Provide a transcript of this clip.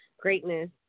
greatness